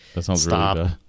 stop